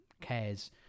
cares